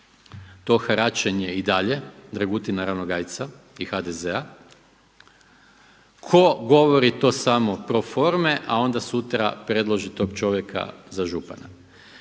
to haračenje i dalje Dragutina Ranogajca i HDZ-a. Tko govori to samo pro forme a onda sutra predloži tog čovjeka za župana?